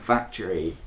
Factory